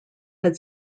had